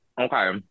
Okay